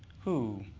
who,